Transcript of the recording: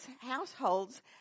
households